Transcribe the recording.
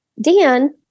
Dan